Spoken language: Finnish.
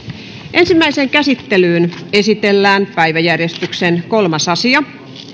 ensimmäiseen käsittelyyn esitellään päiväjärjestyksen kolmas asia